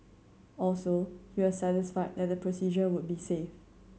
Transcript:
also he was satisfied that the procedure would be safe